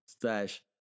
slash